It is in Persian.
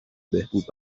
بهبود